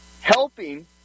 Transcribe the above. helping